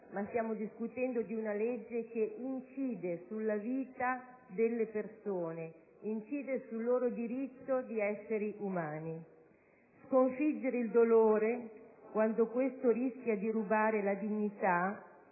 qualunque, ma una legge che incide sulla vita delle persone e sul loro diritto di esseri umani. Sconfiggere il dolore quando questo rischia di rubare la dignità,